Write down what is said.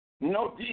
no